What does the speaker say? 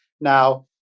Now